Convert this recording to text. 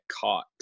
caught